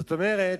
זאת אומרת,